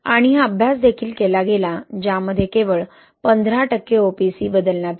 आणि हा अभ्यास देखील केला गेला ज्यामध्ये केवळ 15 टक्के OPC बदलण्यात आले